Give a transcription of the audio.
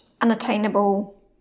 unattainable